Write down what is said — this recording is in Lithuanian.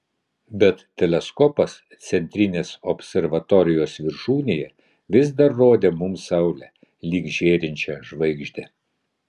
bet teleskopas centrinės observatorijos viršūnėje vis dar rodė mums saulę lyg žėrinčią žvaigždę